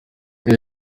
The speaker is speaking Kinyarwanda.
iyo